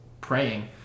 praying